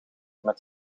met